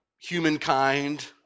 humankind